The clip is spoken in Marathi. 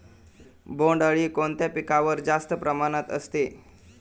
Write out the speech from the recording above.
बोंडअळी कोणत्या पिकावर जास्त प्रमाणात असते?